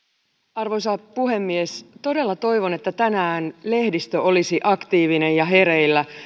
arvoisa puhemies todella toivon että tänään lehdistö olisi aktiivinen ja hereillä